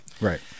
Right